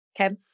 Okay